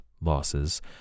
losses